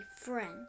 friend